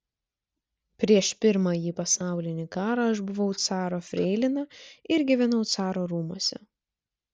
prieš pirmąjį pasaulinį karą aš buvau caro freilina ir gyvenau caro rūmuose